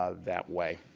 ah that way.